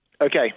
Okay